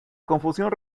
confusión